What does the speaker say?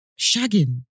shagging